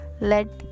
Let